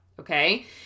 Okay